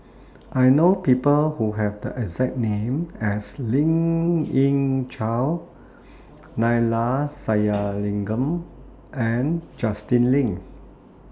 I know People Who Have The exact name as Lien Ying Chow Neila Sathyalingam and Justin Lean